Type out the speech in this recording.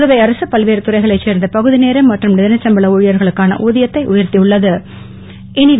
புதுவை அரசு பல்வேறு துறைகளைச் சேர்ந்த பகுதிநேர மற்றும் தினச்சம்பள ஊழியர்களுக்கான ஊதியத்தை உயர்த்தி உள்ள து